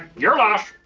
your loss.